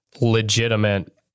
legitimate